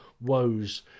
woes